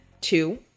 two